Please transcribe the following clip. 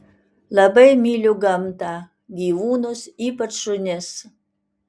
labai myliu gamtą gyvūnus ypač šunis